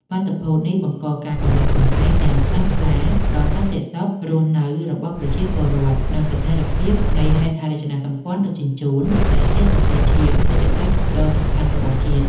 បាតុភូតនេះបង្កការគំរាមកំហែងយ៉ាងខ្លាំងក្លាដល់សន្តិសុខរស់នៅរបស់ប្រជាពលរដ្ឋ និងស្ថិរភាពនៃហេដ្ឋារចនាសម្ព័ន្ធដឹកជញ្ជូន ដែលជាសរសៃឈាមសេដ្ឋកិច្ចដ៏សំខាន់របស់ជាតិ។